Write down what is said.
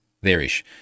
There-ish